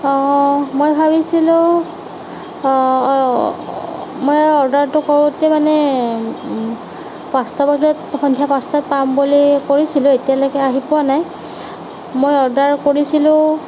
অঁ মই ভাৱিছিলো মই অৰ্ডাৰটো কৰোতে মানে পাঁচটা বজাত সন্ধিয়া পাঁচটাত পাম বুলি কৰিছিলো এতিয়ালেকে আহি পোৱা নাই মই অৰ্ডাৰ কৰিছিলো